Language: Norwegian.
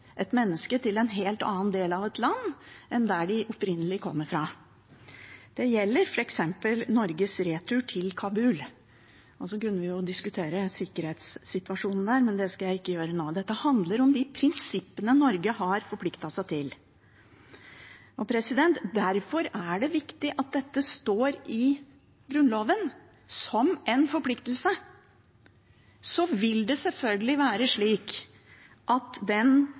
land enn der de opprinnelig kommer fra. Det gjelder f.eks. retur til Kabul fra Norge. Jeg kunne jo diskutert sikkerhetssituasjonen der, men det skal jeg ikke gjøre nå. Dette handler om de prinsippene Norge har forpliktet seg til. Derfor er det viktig at dette står i Grunnloven som en forpliktelse. Så vil det selvfølgelig være slik at den